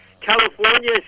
California